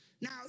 Now